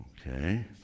Okay